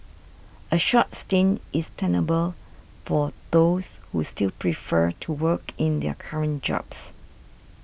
a short stint is tenable for those who still prefer to work in their current jobs